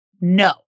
No